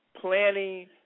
planning